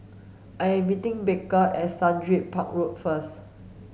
I am meeting Baker at Sundridge Park Road first